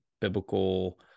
biblical